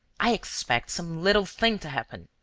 i expect some little thing to happen,